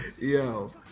Yo